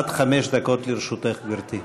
עד חמש דקות לרשותך, גברתי.